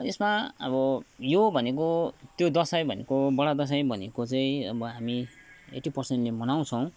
यसमा अब यो भनेको त्यो दसैँ भनेको बडा दसैँ भनेको चाहिँ अब हामी एटी परसेन्टले मनाउँछौँ